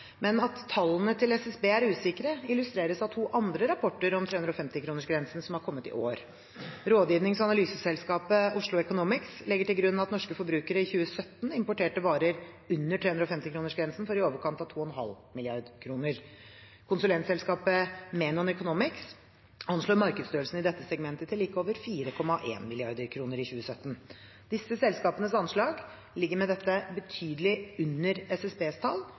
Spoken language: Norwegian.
At tallene til SSB er usikre, illustreres av to andre rapporter om 350-kronersgrensen som har kommet i år. Rådgivings- og analyseselskapet Oslo Economics legger til grunn at norske forbrukere i 2017 importerte varer under 350-kronersgrensen for i overkant av 2,5 mrd. kr. Konsulentselskapet Menon Economics anslår markedsstørrelsen i dette segmentet til like over 4,1 mrd. kr i 2017. Disse selskapenes anslag ligger med dette betydelig under SSBs tall